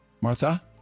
Martha